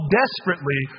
desperately